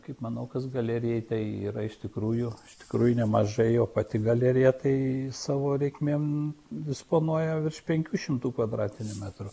kaip manau kad galerijai tai yra iš tikrųjų iš tikrųjų nemažai o pati galerija tai savo reikmėm disponuoja virš penkių šimtų kvadratinių metrų